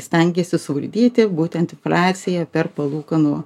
stengėsi suvaldyti būtent infliaciją per palūkanų